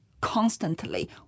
constantly